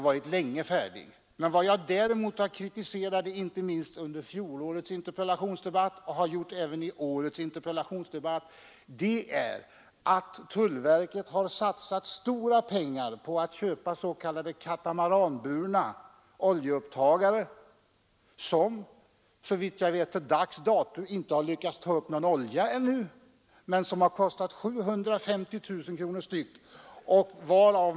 Vad jag särskilt kritiserade både under fjolårets interpellationsdebatt och i årets debatt är att tullverket har satsat stora pengar på att köpa s.k. katamaranburna oljeupptagare, som såvitt jag vet till dags dato inte lyckats ta upp någon olja men som kostar 750 000 kronor styck.